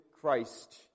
Christ